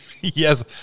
Yes